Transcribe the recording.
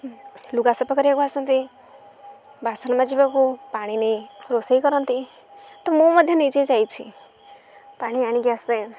ଲୁଗା ସଫା କରିବାକୁ ଆସନ୍ତି ବାସନ ମାଜିବାକୁ ପାଣି ନେଇ ରୋଷେଇ କରନ୍ତି ତ ମୁଁ ମଧ୍ୟ ନିଜେ ଯାଇଛି ପାଣି ଆଣିକି ଆସେ